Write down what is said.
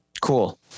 Cool